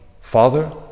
father